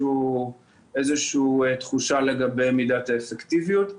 איזושהי תחושה לגבי מידת האפקטיביות.